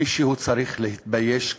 מישהו צריך להתבייש כאן.